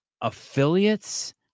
affiliates